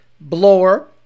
Blower